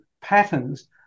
patterns